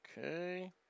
Okay